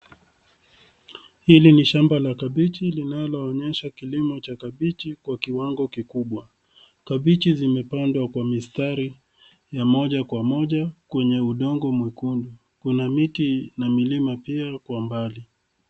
Hili ni shamba la kabeji linaloonyesha kilimo cha kabeji kwa kiwango kikubwa. Kabeji zimepandwa kwa mistari ya moja kwa moja kwenye udongo mwekundu, kuna miti na milima pia kwa umbali.